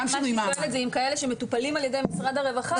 כאלה שמטופלים על ידי משרד הרווחה.